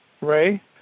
Ray